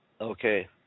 Okay